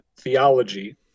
theology